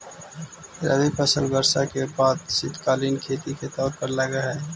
रबी फसल वर्षा के बाद शीतकालीन खेती के तौर पर लगऽ हइ